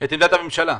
את עמדת הממשלה,